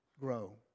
Grow